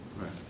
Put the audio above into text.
Right